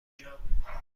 کشم